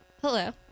hello